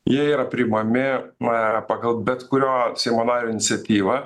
jie yra priimami na pagal bet kurio seimo nario iniciatyvą